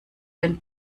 den